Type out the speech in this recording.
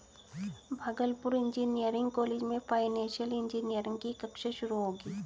Bhagalpur engineering college में financial engineering की कक्षा शुरू होगी